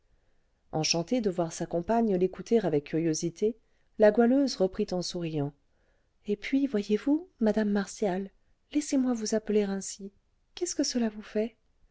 enchantée de voir sa compagne l'écouter avec curiosité la goualeuse reprit en souriant et puis voyez-vous madame martial laissez-moi vous appeler ainsi qu'est-ce que cela vous fait